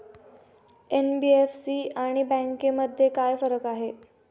NBFC आणि बँकांमध्ये काय फरक आहे?